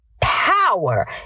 power